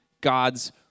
God's